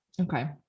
Okay